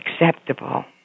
acceptable